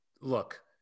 look